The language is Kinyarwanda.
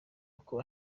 uko